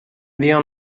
wir